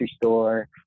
store